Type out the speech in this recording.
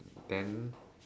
then